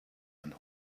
and